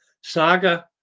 Saga